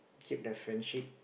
keep the friendship